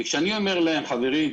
וכשאני אומר להם: חברים,